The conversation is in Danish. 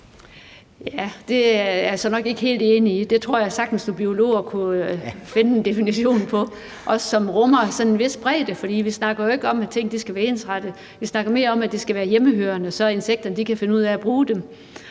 Det er jeg altså nok ikke helt enig i. Jeg tror sagtens, at nogle biologer kunne finde en definition på det, altså en definition, som rummer sådan en vis bredde, for vi snakker ikke om, at tingene skal være ensrettede, vi snakker mere om, at det skal være hjemmehørende, så insekterne kan finde ud af at bruge dem.